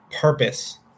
purpose